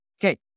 Okay